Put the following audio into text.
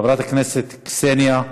חברת הכנסת קסניה,